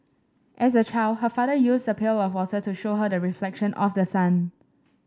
as a child her father used a pail of water to show her the reflection of the sun